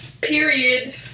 Period